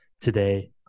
today –